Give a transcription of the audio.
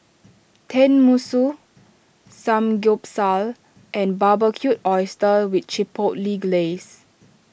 Tenmusu Samgeyopsal and Barbecued Oysters with Chipotle Glaze